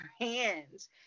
hands